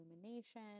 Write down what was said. illumination